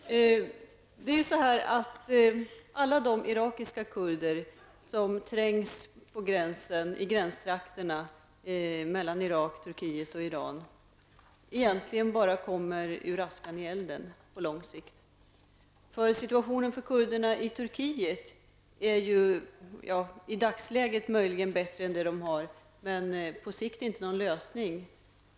Herr talman! Återigen tackar jag utrikesministern för det goda och utförliga svaret. Nu är det väl gjort från alla håll och kanter. Alla de irakiska kurder som trängs i gränstrakterna mellan Irak, Turkiet och Iran kommer egentligen bara ur askan i elden på lång sikt. För dessa kurder kan den situation som de turkiska kurderna har, även om denna i dagsläget är något bättre, inte på sikt vara någon lösning.